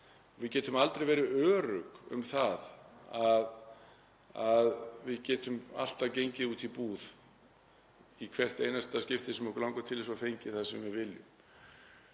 við getum aldrei verið örugg um það að við getum alltaf gengið út í búð í hvert einasta skipti sem okkur langar til þess og fengið það sem við viljum,